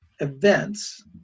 events